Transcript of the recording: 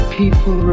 people